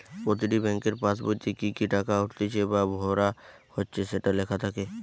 প্রতিটি বেংকের পাসবোইতে কি কি টাকা উঠতিছে বা ভরা হচ্ছে সেটো লেখা থাকে